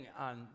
on